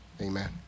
amen